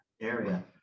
area